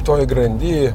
toje grandy